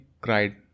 cried